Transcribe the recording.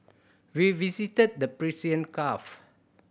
we visited the Persian Gulf